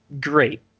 great